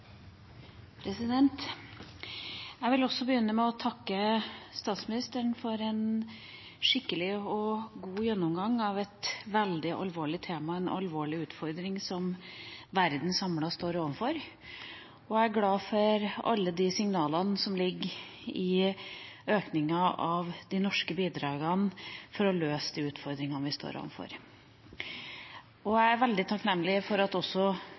Jeg vil også begynne med å takke statsministeren for en skikkelig og god gjennomgang av et veldig alvorlig tema, en alvorlig utfordring som verden samlet står overfor. Jeg er glad for alle de signalene som ligger i økninga av de norske bidragene for å løse de utfordringene vi står overfor. Jeg er veldig takknemlig for at også